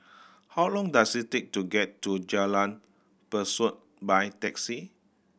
how long does it take to get to Jalan Besut by taxi